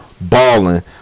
Ballin